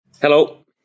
Hello